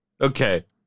Okay